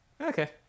Okay